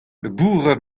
labourat